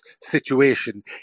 situation